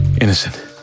innocent